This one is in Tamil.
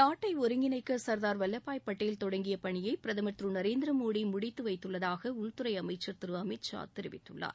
நாட்டை ஒருங்கிணைக்க சர்தார் வல்லபாய் படேல் தொடங்கிய பணியை பிரதமர் திரு நரேந்திர மோடி முடித்து வைத்துள்ளதாக உள்துறை அமைச்சர் திரு அமித்ஷா தெரிவித்துள்ளார்